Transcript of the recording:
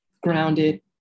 grounded